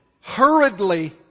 hurriedly